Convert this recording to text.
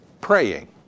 praying